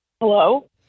Hello